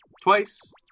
twice